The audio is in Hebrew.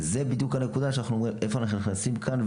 זוהי בדיוק הנקודה שבה אנחנו אומרים: איפה אנחנו נכנסים כאן,